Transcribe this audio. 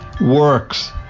works